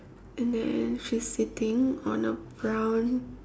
and then she's sitting on a brown